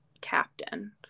captain